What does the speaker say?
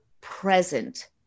present